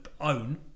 Own